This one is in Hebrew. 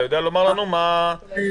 אתה יודע לומר לנו מה האינדיקציה?